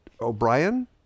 O'Brien